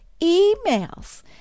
emails